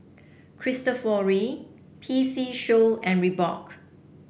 Cristofori P C Show and Reebok